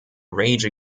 rage